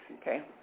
okay